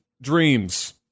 dreams